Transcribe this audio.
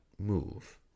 move